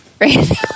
right